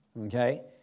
Okay